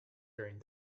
during